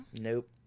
Nope